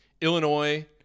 Illinois –